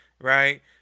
right